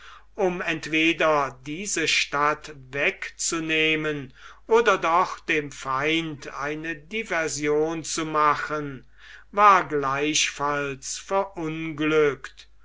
um entweder diese stadt wegzunehmen oder doch dem feind eine diversion zu machen war gleichfalls verunglückt